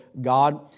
God